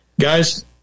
guys